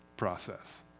process